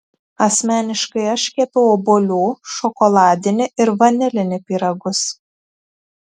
asmeniškai aš kepiau obuolių šokoladinį ir vanilinį pyragus